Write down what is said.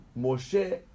Moshe